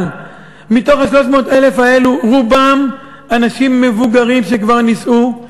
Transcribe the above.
אבל ה-300,000 האלו רובם אנשים מבוגרים שכבר נישאו,